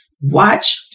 watch